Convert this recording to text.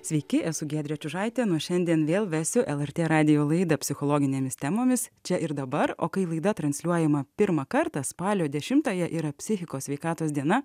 sveiki esu giedrė čiužaitė nuo šiandien vėl vesiu lrt radijo laidą psichologinėmis temomis čia ir dabar o kai laida transliuojama pirmą kartą spalio dešimtąją yra psichikos sveikatos diena